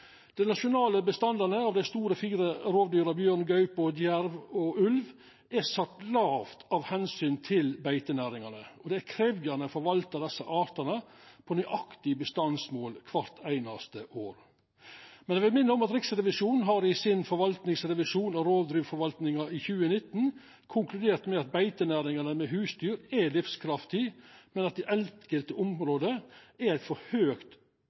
nasjonale bestandane av dei fire store rovdyra, bjørn, gaupe, jerv og ulv, er sett lågt av omsyn til beitenæringane, og det er krevjande å forvalta desse artane på nøyaktig bestandsmål kvart einaste år. Men eg vil minna om at Riksrevisjonen i sin forvaltningsrevisjon av rovdyrforvaltninga i 2019 konkluderte med at beitenæringa med husdyr er livskraftig, men at det i enkelte område er eit for høgt